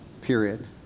period